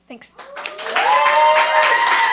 Thanks